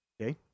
Okay